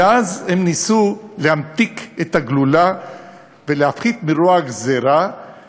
ואז הם ניסו להמתיק את הגלולה ולהפחית מרוע הגזירה,